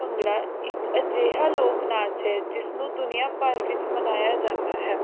ਭੰਗੜਾ ਇੱਕ ਅਜਿਹਾ ਲੋਕ ਨਾਚ ਹੈ ਜਿਸ ਨੂੰ ਦੁਨੀਆਂ ਭਰ ਵਿੱਚ ਮਨਾਇਆ ਜਾਂਦਾ ਹੈ